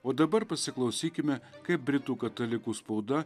o dabar pasiklausykime kaip britų katalikų spauda